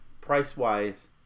Price-wise